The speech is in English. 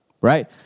Right